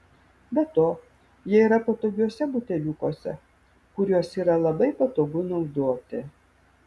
be to jie yra patogiuose buteliukuose kuriuos yra labai patogu naudoti